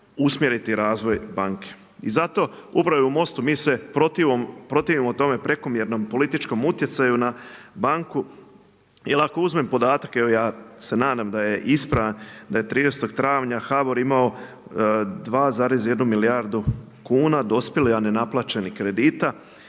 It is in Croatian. usmjeriti razvoj banke. I zato upravo i u MOST-u mi se protivimo tome prekomjernom političkom utjecaju na banku jer ako uzmem podatak, evo ja se nadam da je ispravan da je 13. travnja HBOR imamo 2,1 milijardu kuna dospjelih a ne naplaćenih kredita.